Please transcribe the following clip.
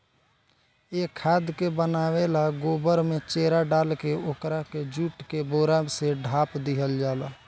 ए खाद के बनावे ला गोबर में चेरा डालके ओकरा के जुट के बोरा से ढाप दिहल जाला